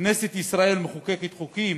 כנסת ישראל מחוקקת חוקים,